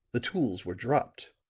the tools were dropped,